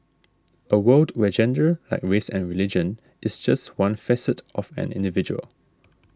a world where gender like race and religion is just one facet of an individual